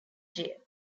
jail